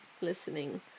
Listening